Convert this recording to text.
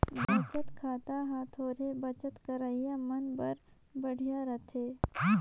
बचत खाता हर थोरहें बचत करइया मन बर बड़िहा रथे